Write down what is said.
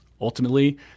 Ultimately